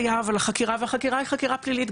והחקירה היא חקירה פלילית,